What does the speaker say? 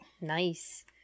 Nice